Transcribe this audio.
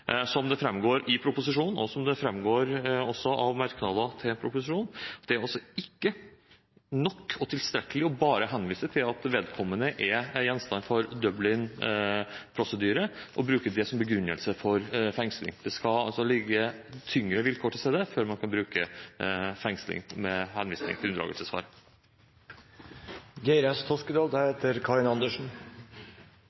som det framgår i proposisjonen, og som det også framgår av merknadene i innstillingen til proposisjonen, at det ikke er tilstrekkelig bare å henvise til at vedkommende er gjenstand for en Dublin-prosedyre, og bruke det som begrunnelse for fengsling. Det skal også være tyngre vilkår til stede før man kan bruke fengsling, med henvisning til